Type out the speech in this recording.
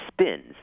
spins